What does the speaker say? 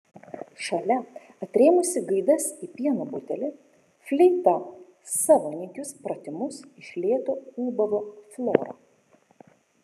šalia atrėmusi gaidas į pieno butelį fleita savo nykius pratimus iš lėto ūbavo flora